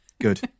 good